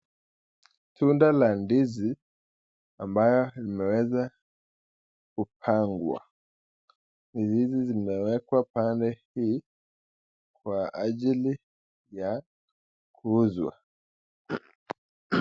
Tunda la ndizi ambayo imeweza kupangwa, ndizi zimewekwa pale chini kwa ajili ya kuuzwa.